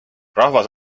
rahvas